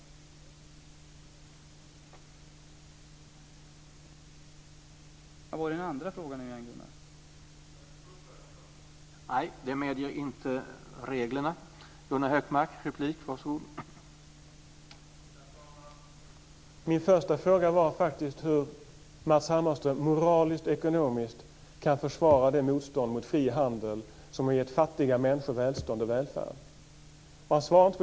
Hur var den andra frågan, Gunnar Hökmark?